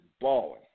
balling